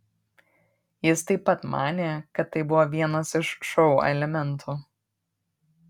jis taip pat manė kad tai buvo vienas iš šou elementų